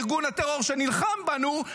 לארגון הטרור שנלחם בנו,